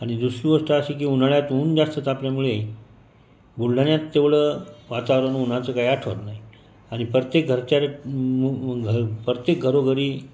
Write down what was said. आणि दुसरी गोष्ट अशी की उन्हाळ्यात ऊन जास्त तापल्यामुळे बुलढाण्यात तेवढं वातावरण उन्हाचं काही आठवत नाही आणि प्रत्येक घरच्यारे प्रत्येक घरोघरी